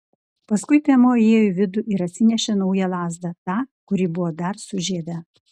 paskui piemuo įėjo į vidų ir atsinešė naują lazdą tą kuri buvo dar su žieve